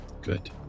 Good